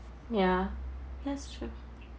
ya that's true